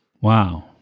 Wow